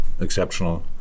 exceptional